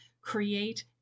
create